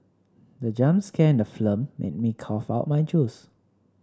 the jump scare in the film made me cough out my juice